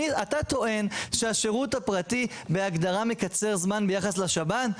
אתה טוען שהשריות הפרטי בהגדרה מקצר זמן ביחד לשב"ן?